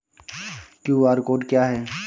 QR code क्या है?